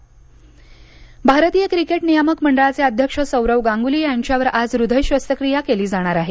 गांगली भारतीय क्रिकेट नियमाक मंडळाचे अध्यक्ष सौरव गांगुली यांच्यावर आज हृदय शस्त्रक्रिया केली जाणार आहे